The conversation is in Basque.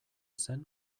zen